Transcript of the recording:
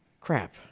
Crap